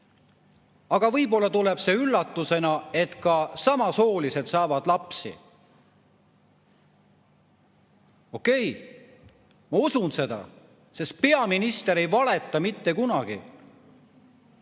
et võib-olla tuleb see üllatusena, aga ka samasoolised saavad lapsi. Okei, ma usun seda, sest peaminister ei valeta mitte kunagi.